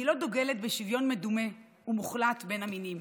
אני לא דוגלת בשוויון מדומה ומוחלט בין המינים